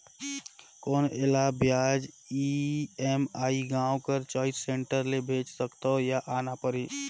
कौन एला ब्याज ई.एम.आई गांव कर चॉइस सेंटर ले भेज सकथव या आना परही?